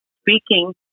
speaking